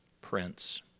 prince